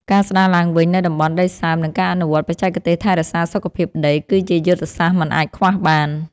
ការស្តារឡើងវិញនូវតំបន់ដីសើម និងការអនុវត្តបច្ចេកទេសថែរក្សាសុខភាពដី គឺជាយុទ្ធសាស្ត្រមិនអាចខ្វះបាន។